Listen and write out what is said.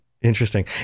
Interesting